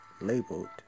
labeled